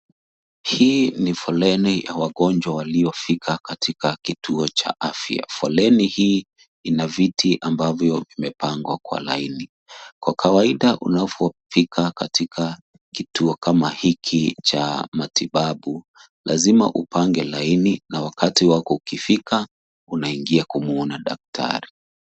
Hii ni foleni ya wagonjwa waliofika katika kituo cha afya. Foleni hii ina viti ambavyo vimepangwa kwa laini. Kwa kawaida, unapofika katika kituo kama hiki, cha matibabu, lazima upange laini, na wakati wako ukifika, unaingia kumuona daktari.